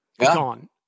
gone